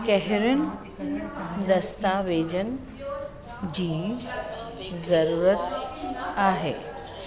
कहिरियुन दस्तावेजजन जी ज़रूरत आहे